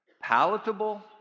palatable